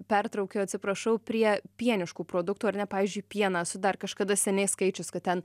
pertraukiu atsiprašau prie pieniškų produktų ar ne pavyzdžiui pieną esu dar kažkada seniai skaičius kad ten